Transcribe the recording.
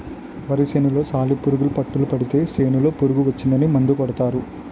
వరి సేనులో సాలిపురుగు పట్టులు పడితే సేనులో పురుగు వచ్చిందని మందు కొడతారు